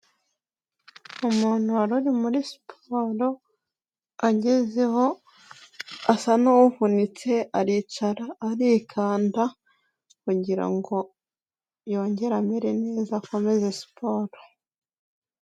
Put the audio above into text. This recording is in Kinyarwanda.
Umuntu wari uri muri sipoporo angezeho asa n'uvunitse aricara arikanda kugirango ngo yongere amere neza akomeze siporo.